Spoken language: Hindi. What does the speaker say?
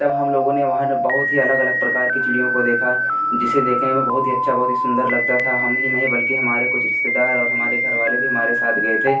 तब हम लोगों ने वहाँ बहुत ही अलग अलग प्रकार की चिड़ियों को देखा जिसे देखने में बहुत ही अच्छा बहुत ही सुंदर लगता था हम ही नहीं बल्कि हमारे कुछ रिश्तेदार और हमारे घर वाले भी हमारे साथ गए थे